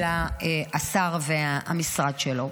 אלא השר והמשרד שלו.